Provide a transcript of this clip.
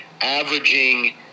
averaging